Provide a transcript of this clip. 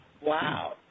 Wow